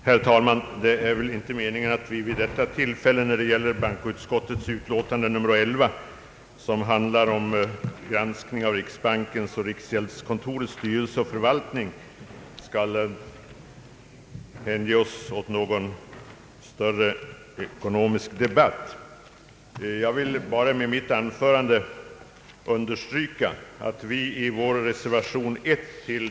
Herr talman! Det är väl inte meningen att vi vid detta tillfälle, när det gäller bankoutskottets utlåtande nr 11, som handlar om granskning av riksbankens och riksgäldskontorets styrelse och förvaltning, skall hänge oss åt någon större ekonomisk debatt. Med mitt anförande vill jag bara understryka några synpunkter som framföres i reservation nr 1.